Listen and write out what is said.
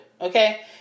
Okay